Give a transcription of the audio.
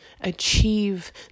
Achieve